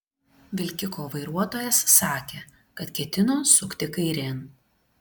vilkiko vairuotojas sakė kad ketino sukti kairėn